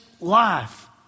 life